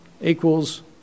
equals